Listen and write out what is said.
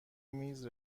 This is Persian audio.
میز